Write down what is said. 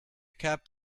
cap